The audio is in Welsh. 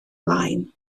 blaen